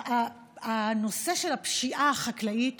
הנושא של הפשיעה החקלאית